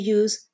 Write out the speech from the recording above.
use